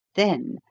then,